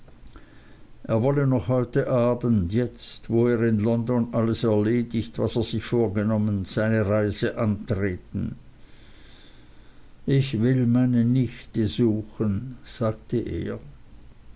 er wolle noch heute abends jetzt wo er alles in london erledigt was er sich vorgenommen seine reise antreten ich will meine nichte suchen sagte er